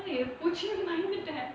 பூச்சினு பயந்துட்டேன்:poochinu bayanthutaen